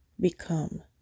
become